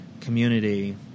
community